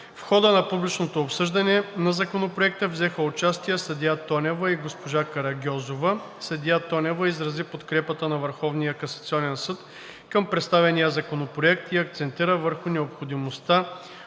В хода на публичното обсъждане на Законопроекта взеха участие съдия Тонева и госпожа Карагьозова. Съдия Тонева изрази подкрепата на Върховния касационен съд към представения Законопроект и акцентира върху необходимостта